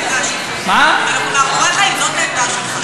אנחנו מאחוריך, אם זאת העמדה שלך,